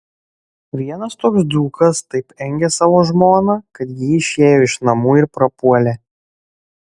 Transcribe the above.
vienas toks dzūkas taip engė savo žmoną kad ji išėjo iš namų ir prapuolė